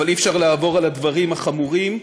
אבל אי-אפשר לעבור על הדברים החמורים,